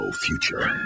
future